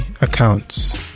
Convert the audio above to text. accounts